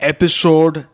Episode